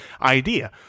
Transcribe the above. idea